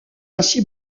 ainsi